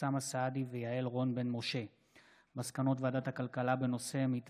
מסקנות ועדת הכלכלה בעקבות דיון מהיר בהצעתו של חבר